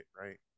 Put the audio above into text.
right